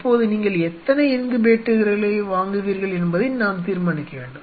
இப்போது நீங்கள் எத்தனை இன்குபேட்டர்களை வாங்குவீர்கள் என்பதை நாம் தீர்மானிக்க வேண்டும்